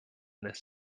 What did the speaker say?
this